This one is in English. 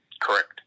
Correct